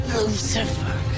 Lucifer